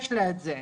יש לה את זה,